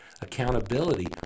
accountability